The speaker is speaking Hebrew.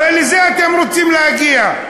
הרי לזה אתם רוצים להגיע.